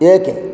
ଏକ